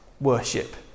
worship